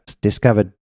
discovered